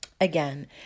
again